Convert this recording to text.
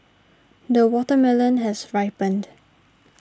the watermelon has ripened